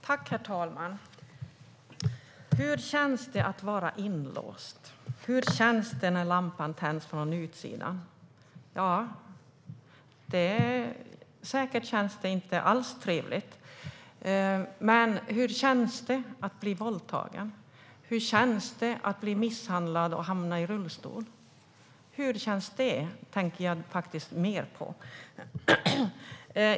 Herr talman! Hur känns det att vara inlåst? Hur känns det när lampan tänds från utsidan? Säkert känns det inte alls trevligt. Men hur känns det att bli våldtagen? Hur känns det att bli misshandlad och hamna i rullstol? Det tänker jag faktiskt mer på.